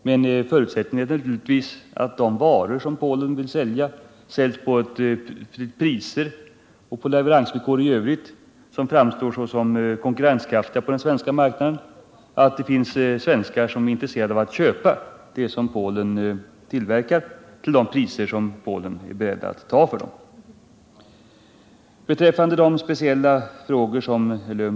Men förutsättningen är naturligtvis att varor som Polen vill sälja avyttras till priser och på leveransvillkor i övrigt som framstår som konkurrenskraftiga på den svenska marknaden och att det finns svenskar som är intresserade av att köpa det som Polen tillverkar, till de priser som Polen vill ta ut för varorna. Herr Lövenborg tog upp några speciella frågor.